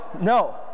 no